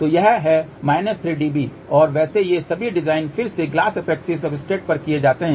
तो यह है 3 dB और वैसे ये सभी डिजाइन फिर से ग्लास एपॉक्सी सब्सट्रेट पर किए जाते हैं